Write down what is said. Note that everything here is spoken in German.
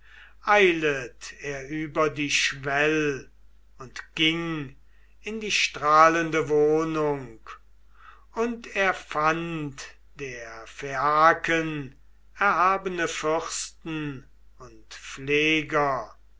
er über die schwell und ging in die strahlende wohnung und er fand der phaiaken erhabene fürsten und pfleger